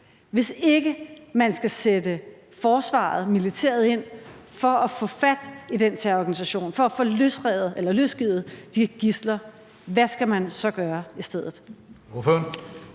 Hvis ikke man skal sætte forsvaret, militæret ind for at få fat i den terrororganisation og for at få frigivet de gidsler, hvad skal man så gøre i stedet?